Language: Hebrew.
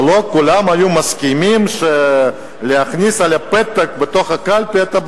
ולא כולם הסכימו לברקוד על הפתק בתוך הקלפי.